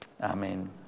Amen